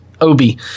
Obi